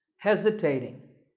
hesitating.